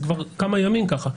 כבר כמה ימים זה כך.